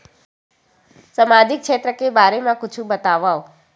सामजिक क्षेत्र के बारे मा कुछु बतावव?